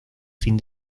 fin